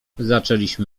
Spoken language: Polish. zaczęliśmy